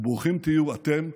ברוכים תהיו אתם,